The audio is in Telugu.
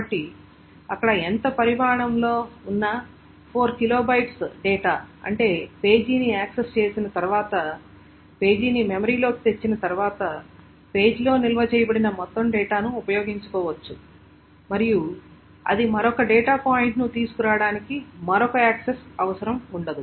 కాబట్టి అక్కడ ఎంత పరిమాణంలో ఉన్నా 4KB డేటా అంటే పేజీని యాక్సెస్ చేసిన తర్వాత పేజీని మెమరీలోకి తెచ్చిన తర్వాత పేజీలో నిల్వ చేయబడిన మొత్తం డేటాను ఉపయోగించుకోవచ్చు మరియు అది మరొక డేటా పాయింట్ని తీసుకురావడానికి మరొక యాక్సెస్ అవసరం ఉండదు